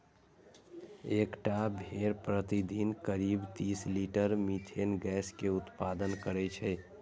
एकटा भेड़ प्रतिदिन करीब तीस लीटर मिथेन गैस के उत्पादन करै छै